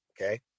Okay